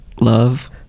love